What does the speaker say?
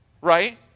right